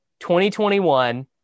2021